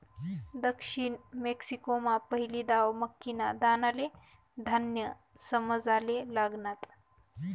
दक्षिण मेक्सिकोमा पहिली दाव मक्कीना दानाले धान्य समजाले लागनात